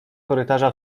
korytarza